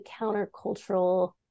countercultural